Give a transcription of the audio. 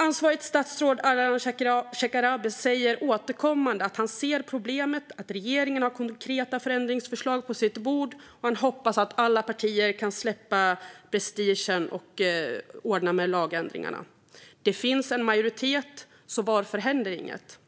Ansvarigt statsråd, Ardalan Shekarabi, säger återkommande att han ser problemet, att regeringen har konkreta förändringsförslag på sitt bord och att han hoppas att alla partier kan släppa prestigen och ordna med lagändringarna. Det finns en majoritet. Varför händer inget?